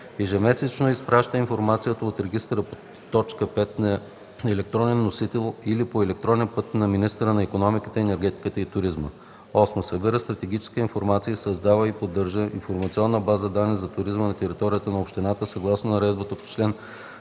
ежемесечно изпраща информацията от регистъра по т. 5 на електронен носител или по електронен път на министъра на икономиката, енергетиката и туризма; 8. събира статистическа информация и създава и поддържа информационна база данни за туризма на територията на общината съгласно наредбата по чл. 165, ал.